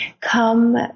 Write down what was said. come